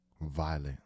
violent